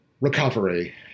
recovery